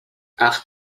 ach